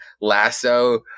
lasso